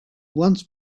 once